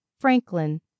Franklin